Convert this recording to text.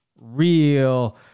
real